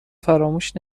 فراموش